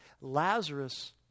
Lazarus